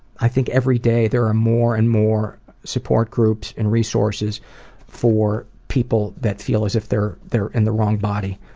i think every day there are more and more support groups and resources for people that feel as if they're they're in the wrong body.